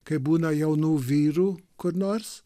kaip būna jaunų vyrų kur nors